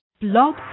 Blog